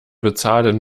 bezahlen